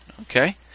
okay